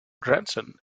grandson